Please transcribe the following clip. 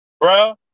Bro